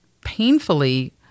painfully